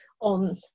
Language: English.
on